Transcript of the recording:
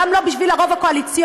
גם לא בשביל הרוב הקואליציוני.